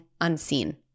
unseen